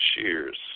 cheers